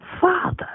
father